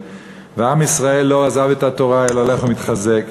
ועם ישראל לא עזב את התורה אלא הולך ומתחזק.